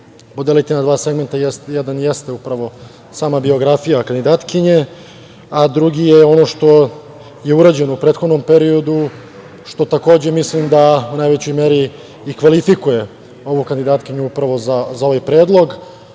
podeliti na dva segmenta. Jedan jeste upravo sama biografija kandidatkinje, a drugi je ono što je urađeno u prethodnom periodu, što takođe mislim da u najvećoj meri i kvalifikuje ovu kandidatkinju upravo za ovaj predlog,